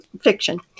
fiction